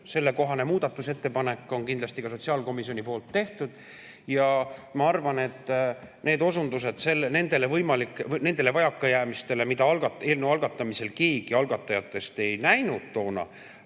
Sellekohane muudatusettepanek on kindlasti ka sotsiaalkomisjonil tehtud. Ma arvan, et osundusi nendele vajakajäämistele, mida eelnõu algatamisel keegi algatajatest ei näinud toona,